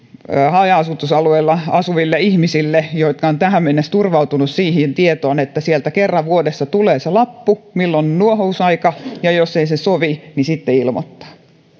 haja asutusalueilla asuville ihmisille jotka ovat tähän mennessä turvautuneet siihen tietoon että kerran vuodessa tulee se lappu milloin on nuohousaika ja jos se ei sovi niin sitten ilmoittaa